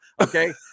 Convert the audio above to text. Okay